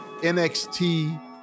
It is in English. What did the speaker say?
NXT